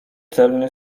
celny